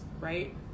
right